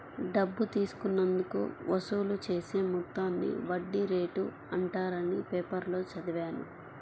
డబ్బు తీసుకున్నందుకు వసూలు చేసే మొత్తాన్ని వడ్డీ రేటు అంటారని పేపర్లో చదివాను